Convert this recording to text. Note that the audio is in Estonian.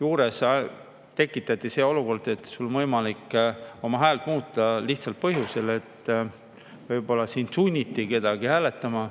juures tekitati see olukord, et sul on võimalik oma häält muuta, lihtsal põhjusel, et võib-olla sind kuidagi sunniti hääletama,